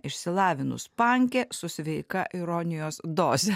išsilavinus pankė su sveika ironijos doze